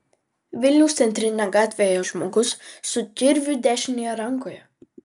vilniaus centrine gatve ėjo žmogus su kirviu dešinėje rankoje